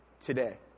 today